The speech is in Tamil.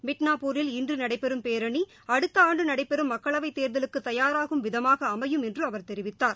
மிட்னாப்பூரில் இன்று நடைபெறும் பேரணி அடுத்த ஆண்டு நடைபெறும் மக்களவைத் தேர்தலுக்கு தயாராகும் விதமாக அமையும் என்று அவர் தெரிவித்தார்